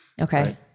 Okay